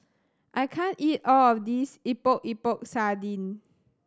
I can't eat all of this Epok Epok Sardin